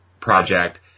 project